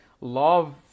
love